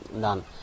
Dan